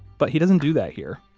but he doesn't do that here.